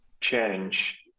change